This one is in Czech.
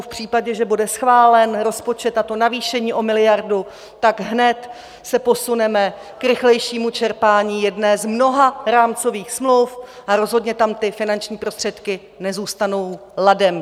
V případě, že bude schválen rozpočet a to navýšení o miliardu, tak se hned posuneme k rychlejšímu čerpání jedné z mnoha rámcových smluv a rozhodně tam ty finanční prostředky nezůstanou ladem.